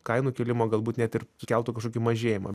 kainų kilimą galbūt net ir sukeltų kažkokį mažėjimą